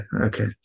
okay